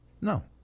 No